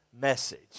message